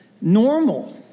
normal